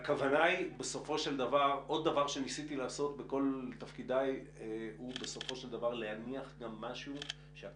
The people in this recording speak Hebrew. עוד דבר שניסיתי לעשות בכל תפקידיי הוא להניח גם משהו על